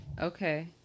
Okay